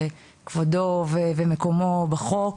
שכבודו ומקומו בחוק,